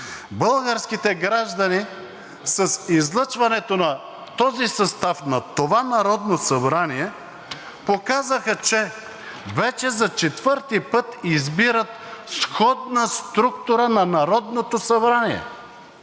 българските граждани с излъчването на този състав, на това Народно събрание, показаха, че вече за четвърти път избират сходна структура на Народното събрание.